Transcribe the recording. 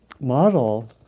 model